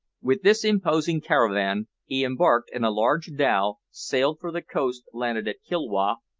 with this imposing caravan he embarked in a large dhow, sailed for the coast landed at kilwa,